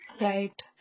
Right